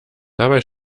dabei